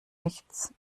nichts